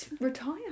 retire